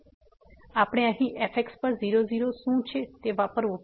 તેથી આપણે અહીં fx પર 00 શું છે તે વાપરવું પડશે